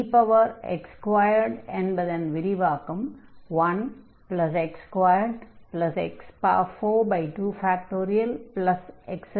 ex2 என்பதன் விரிவாக்கம் 1x2x42